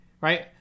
right